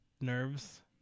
nerves